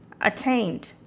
attained